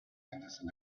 henderson